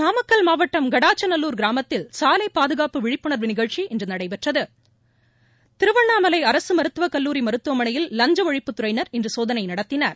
நாமக்கல் மாவட்டம் கடாச்சநல்லூர் கிராமத்தில் சாலை பாதுகாப்பு விழிப்புணர் நிகழ்ச்சி இன்று நடைபெற்றது திருவண்ணாமலை அரசு மருத்துவக் கல்லூரி மருத்தவமனையில் லஞ்ச ஒழிப்புத் துறையினர் இன்று சோதனை நடத்தினர்